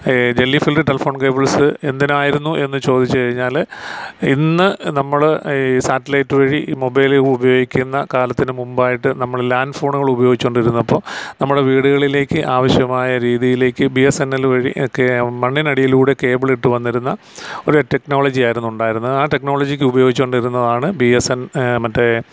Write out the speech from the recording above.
jelly filled telephone cables എന്തിനായിരുന്നു എന്നു ചോദിച്ചു കഴിഞ്ഞാൽ ഇന്നു നമ്മൾ ഈ സാറ്റ്ലൈറ്റുവഴി മൊബൈല് ഉപയോഗിക്കുന്ന കാലത്തിന് മുമ്പായിട്ട് നമ്മൾ ലാന്റ്ഫോണുകൾ ഉപയോഗിച്ചുകൊണ്ടിരുന്നപ്പോൾ നമ്മളെ വീടുകളിലേക്ക് ആവശ്യമായ രീതിയിലേക്ക് ബി എസ് എൻ എൽ വഴി ഒക്കെ മണ്ണിനടിയിലൂടെ കേബിളിട്ട് വന്നിരുന്ന ഒരു ടെക്നോളജിയായിരുന്നു ഉണ്ടായിരുന്നത് ആ ടെക്നോളജിക്ക് ഉപയോഗിച്ചുകൊണ്ടിരുന്നതാണ് ബി എസ് എൻ മറ്റേ